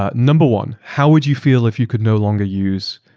ah number one, how would you feel if you could no longer use,